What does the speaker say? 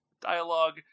dialogue